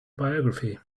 biography